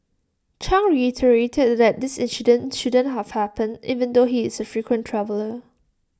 chang reiterated that this incident shouldn't have happened even though he is A frequent traveller